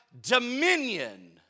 dominion